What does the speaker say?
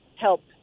help